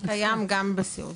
קיים גם בסיעוד.